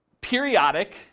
periodic